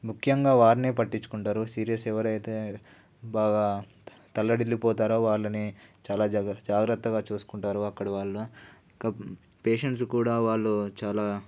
ముఖ్యంగా వారినే పట్టించుకుంటారు సీరియస్ ఎవరైతే బాగా తల్లడిల్లిపోతారో వాళ్ళని చాలా జాగ్రత్త జాగ్రత్తగా చూసుకుంటారు అక్కడి వాళ్ళు ఇంకా పేషెంట్స్ కూడా వాళ్ళు చాలా